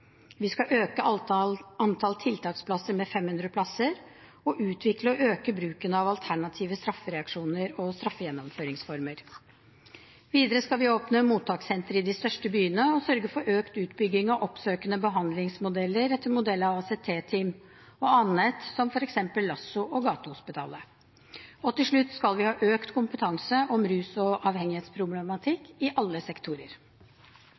Vi skal øke antall tiltaksplasser med 500 og utvikle og øke bruken av alternative straffereaksjoner og straffegjennomføringsformer. Videre skal vi åpne mottakssentre i de største byene og sørge for økt utbygging og oppsøkende behandlingsmodeller etter modell av ACT-team og annet, som f.eks. LASSO og Gatehospitalet. Og til slutt skal vi ha økt kompetanse om rus- og avhengighetsproblematikk i alle sektorer.